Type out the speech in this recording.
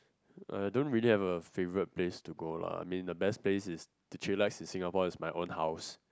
uh don't really have a favourite place to go lah I mean the best place is to chillax in Singapore is my own house